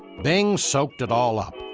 bing soaked it all up.